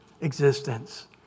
existence